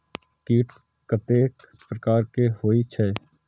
कीट कतेक प्रकार के होई छै?